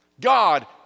God